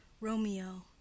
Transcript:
Romeo